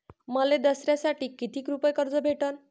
मले दसऱ्यासाठी कितीक रुपये कर्ज भेटन?